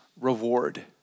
reward